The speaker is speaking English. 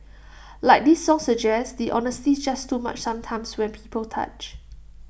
like this song suggests the honesty's just too much sometimes when people touch